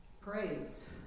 Praise